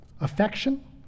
affection